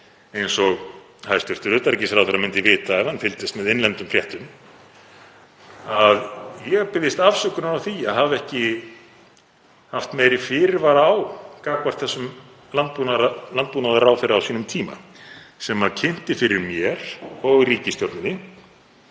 eins og hæstv. utanríkisráðherra myndi vita ef hann fylgdist með innlendum fréttum, að ég biðjist afsökunar á því að hafa ekki haft meiri fyrirvara á gagnvart þessum landbúnaðarráðherra á sínum tíma sem kynnti fyrir mér og ríkisstjórninni